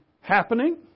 happening